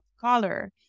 color